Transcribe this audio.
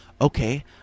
Okay